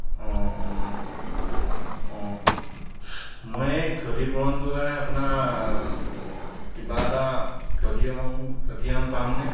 অঁ অঁ অঁ মই এই ক্ষতিপূৰণটোৰ কাৰণে আপোনাৰ কিবা এটা খতিয়ন খতিয়ান পামনে